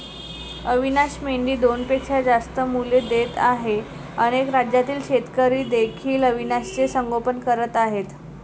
अविशान मेंढी दोनपेक्षा जास्त मुले देत आहे अनेक राज्यातील शेतकरी देखील अविशानचे संगोपन करत आहेत